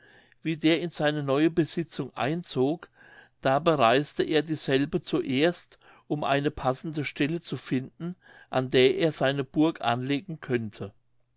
wie der in seine neue besitzung einzog da bereisete er dieselbe zuerst um eine passende stelle zu finden an der er seine burg anlegen könnte